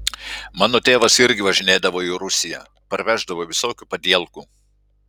mano tėvas irgi važinėdavo į rusiją parveždavo visokių padielkų